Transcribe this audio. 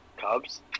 Cubs